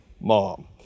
mom